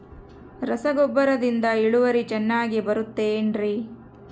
ರಸಗೊಬ್ಬರದಿಂದ ಇಳುವರಿ ಚೆನ್ನಾಗಿ ಬರುತ್ತೆ ಏನ್ರಿ?